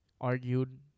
argued